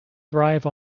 thrive